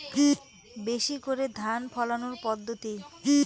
বেশি করে ধান ফলানোর পদ্ধতি?